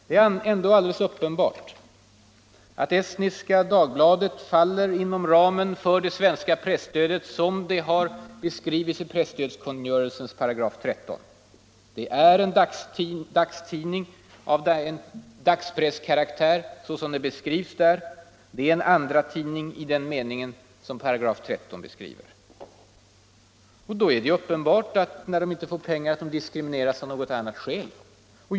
Ändå är det alldeles uppenbart att Estniska Dagbladet faller inom ramen för det svenska presstödet, så som det beskrivits i 13 § presstödskungörelsen. Det är en tidning av ”dagspresskaraktär”. Det är en ”andratidning” i den mening som paragrafen beskriver. När den inte får pengar är det uppenbart att den diskrimineras av något annat skäl.